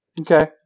Okay